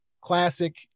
classic